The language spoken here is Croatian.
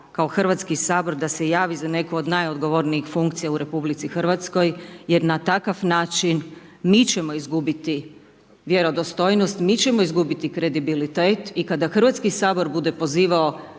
kao Hrvatski sabor da se javi za neko od najodgovornijih funkcija u Republici Hrvatskoj, jer na takav način, mi ćemo izgubiti vjerodostojnost, mi ćemo izgubiti kredibilitet i kada Hrvatski sabor bude pozivao